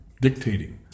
dictating